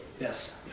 yes